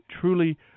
truly